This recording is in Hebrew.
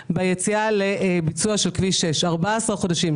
ביציאה לביצוע של כביש 6 14 חודשים,